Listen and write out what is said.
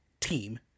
Team